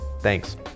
Thanks